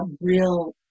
real